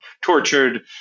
tortured